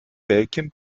belgien